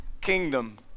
kingdom